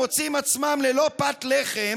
הם מוצאים עצמם ללא פת לחם,